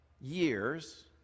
years